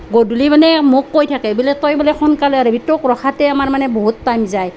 গধূলি মানে মোক কৈ থাকে বোলে তই বোলে সোনকালে আহিবি তোক ৰখোঁতে আমাৰ মানে বহুত টাইম যায়